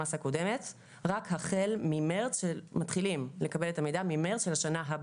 המס הקודמת רק החל ממרץ של השנה הבאה.